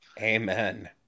Amen